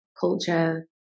culture